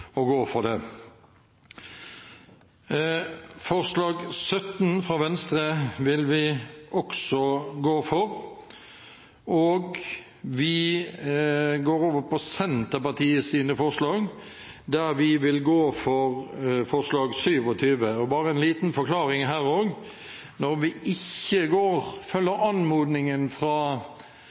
å gå inn for det. Forslag nr. 17 vil vi også gå inn for. Vi går over til Senterpartiets forslag, der vi vil gå inn for forslag nr. 27. Bare en liten forklaring her også: Når vi ikke følger anmodningen fra